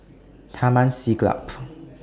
Taman Siglap